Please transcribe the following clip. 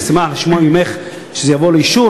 אני שמח לשמוע ממך שזה יבוא לאישור.